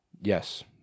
yes